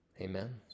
Amen